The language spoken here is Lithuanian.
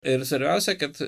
ir svarbiausia kad